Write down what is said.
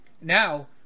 Now